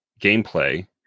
gameplay